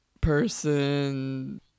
person